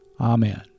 Amen